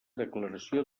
declaració